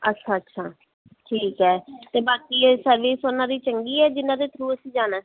ਅੱਛਾ ਅੱਛਾ ਠੀਕ ਹੈ ਅਤੇ ਬਾਕੀ ਇਹ ਸਰਵਿਸ ਉਹਨਾਂ ਦੀ ਚੰਗੀ ਹੈ ਜਿਹਨਾਂ ਦੇ ਥਰੂ ਅਸੀਂ ਜਾਣਾ